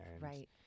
Right